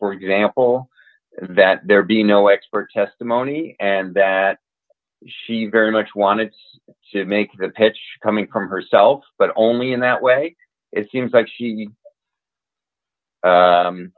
for example that there be no expert testimony and that she very much wanted to make that pitch coming from herself but only in that way it seems like she